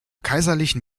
kaiserlichen